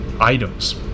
items